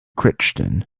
crichton